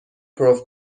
پرو